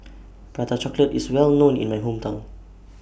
Prata Chocolate IS Well known in My Hometown